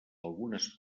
algunes